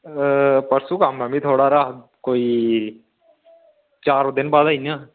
परसों कम्म में थोह्ड़ा हारा कोई चार दिन बाद आई जन्ने आं